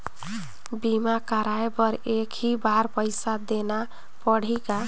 बीमा कराय बर एक ही बार पईसा देना पड़ही का?